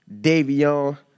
Davion